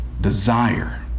desire